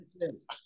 Yes